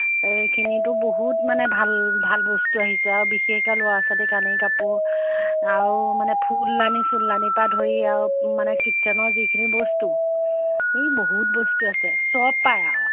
এইখিনিতো বহুত মানে ভাল ভাল বস্তু আহিছে আৰু বিশেষকৈ ল'ৰা ছোৱালীৰ কানি কাপোৰ আৰু মানে ফুলদানি চুলদানিৰপৰা ধৰি আৰু মানে কিটচেনৰ যিখিনি বস্তু এই বহুত বস্তু আছে চব পায় আৰু